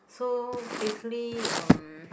so basically um